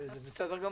זה בסדר גמור.